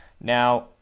Now